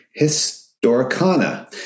Historicana